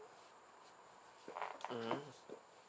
mmhmm